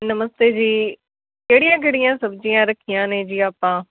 ਨਮਸਤੇ ਜੀ ਕਿਹੜੀਆਂ ਕਿਹੜੀਆਂ ਸਬਜ਼ੀਆਂ ਰੱਖੀਆਂ ਨੇ ਜੀ ਆਪਾਂ